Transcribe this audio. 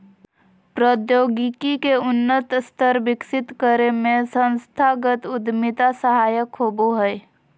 प्रौद्योगिकी के उन्नत स्तर विकसित करे में संस्थागत उद्यमिता सहायक होबो हय